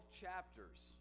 chapters